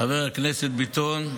חבר הכנסת ביטון,